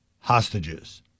hostages